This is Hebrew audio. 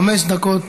חמש דקות,